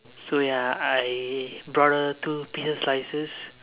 so ya I brought her two pizza slices